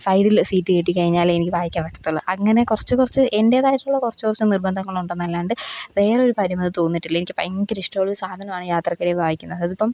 സൈഡിൽ സീറ്റ് കിട്ടിക്കഴിഞ്ഞാലെ എനിക്ക് വായിക്കാൻ പറ്റത്തുള്ളൂ അങ്ങനെ കുറച്ച് കുറച്ച് എൻ്റേതായിട്ടുള്ള കുറച്ച് കുറച്ച് നിർബന്ധങ്ങൾ ഉണ്ടന്നല്ലാതെ വേറെ ഒരു പരിമിതി തോന്നിയിട്ടില്ല എനിക്ക് ഭയങ്കര ഇഷ്ടമുള്ള ഒരു സാധനമാണ് യാത്രയ്ക്കിടെ വായിക്കുന്നത് അത് ഇപ്പം